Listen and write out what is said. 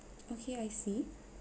okay I see